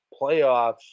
playoffs